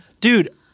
Dude